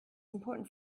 important